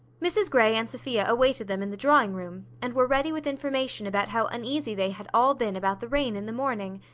mrs grey and sophia awaited them in the drawing-room, and were ready with information about how uneasy they had all been about the rain in the morning,